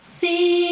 See